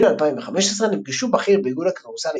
ביוני 2015 נפגשו בכיר באיגוד הכדורסל